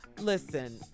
Listen